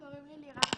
קוראים לי לירן,